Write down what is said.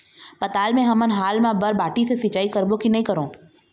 पताल मे हमन हाल मा बर माटी से सिचाई करबो की नई करों?